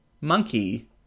Monkey